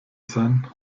sein